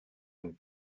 and